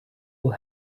will